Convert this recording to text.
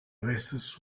oasis